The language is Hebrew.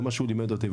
זה מה שהוא לימד אותי,